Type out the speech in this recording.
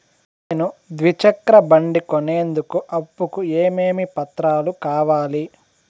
నేను ద్విచక్ర బండి కొనేందుకు అప్పు కు ఏమేమి పత్రాలు కావాలి?